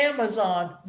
Amazon